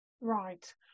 right